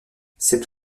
cet